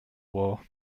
war